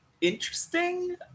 interesting